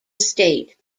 estate